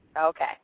Okay